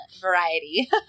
variety